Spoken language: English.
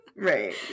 right